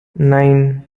nine